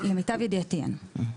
למיטב ידיעתי אין.